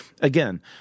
Again